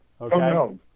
Okay